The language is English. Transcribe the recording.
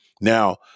Now